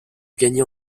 gagner